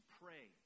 pray